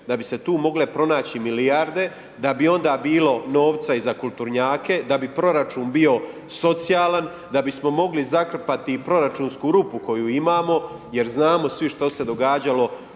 da bi se tu mogle pronaći milijarde, da bi onda bilo novca i za kulturnjake, da bi proračun bio socijalan, da bismo mogli zakrpati i proračunsku rupu koju imamo jer znamo svi što se događalo